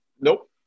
Nope